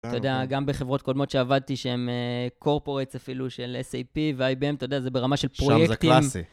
אתה יודע, גם בחברות קודמות שעבדתי שהן corporates אפילו של SAP וIBM, אתה יודע, זה ברמה של פרויקטים.